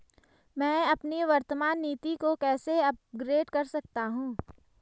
मैं अपनी वर्तमान नीति को कैसे अपग्रेड कर सकता हूँ?